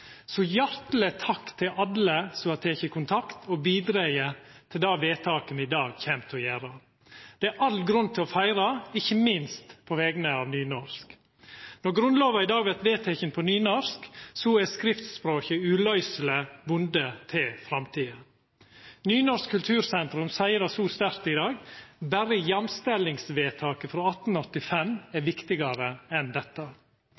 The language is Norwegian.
Så hjarteleg takk til alle som har teke kontakt og bidrege til det vedtaket me i dag kjem til å gjera. Det er all grunn til å feira, ikkje minst på vegner av nynorsk. Når Grunnlova i dag vert vedteken på nynorsk, er skriftspråket uløyseleg bunde til framtida. Nynorsk kultursentrum seier det så sterkt i dag: «Berre jamstillingsvedtaket frå 1885 er viktigare enn dette.»